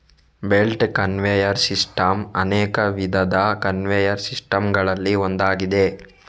belt conveyor system ಅನೇಕ ವಿಧದ conveyor system ಗಳಲ್ಲಿ ಒಂದಾಗಿದೆ